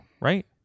right